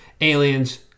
aliens